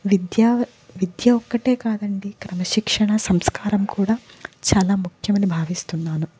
విద్య విద్య ఒక్కటే కాదండి క్రమశిక్షణ సంస్కారం కూడా చాలా ముఖ్యమని భావిస్తున్నాను